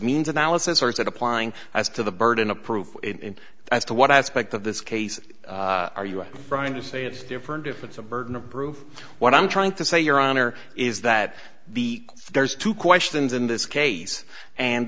means analysis or is that applying as to the burden of proof in as to what aspect of this case are you trying to say it's different if it's a burden of proof what i'm trying to say your honor is that the there's two questions in this case and